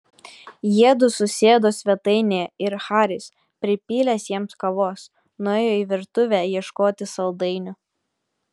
jiedu susėdo svetainėje ir haris pripylęs jiems kavos nuėjo į virtuvę ieškoti saldainių